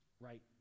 right